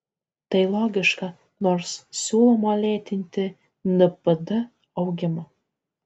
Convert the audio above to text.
tai logiška nors siūloma lėtinti npd augimą